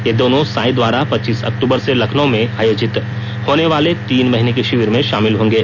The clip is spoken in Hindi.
ये दोनों साई द्वारा पच्चीस अक्तबर से लखनऊ में आयोजित होनेवाले तीन महिने की शिविर में शामिल होंगे